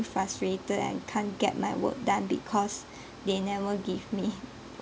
frustrated and can't get my work done because they never give me